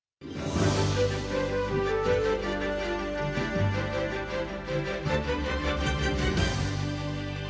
Дякую.